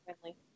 friendly